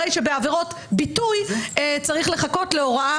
הרי שבעבירות ביטוי צריך לחכות להוראה